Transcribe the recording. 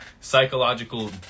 psychological